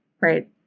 right